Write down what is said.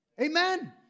Amen